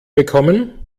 bekommen